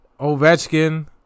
Ovechkin